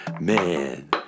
man